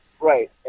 Right